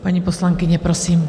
Paní poslankyně, prosím.